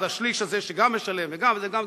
על השליש הזה שגם משלם וגם וגם,